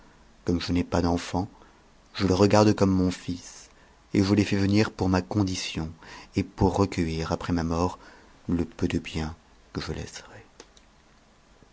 comme je n'ai pas d'enlants je le regarde comme mon fils et je l'ai fait venir pour ma con mion et pour recueillir après ma mort le peu de bien que je laisserai